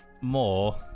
more